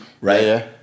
right